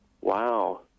Wow